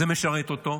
זה משרת אותו.